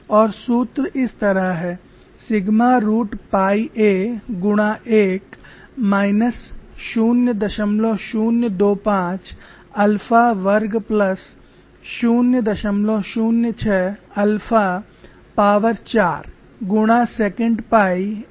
और सूत्र इस तरह है सिग्मा रूट पाई a गुणा 1 माइनस 0025 अल्फा वर्ग प्लस 006 अल्फा पॉवर चार गुणा सेकेंट पाई aw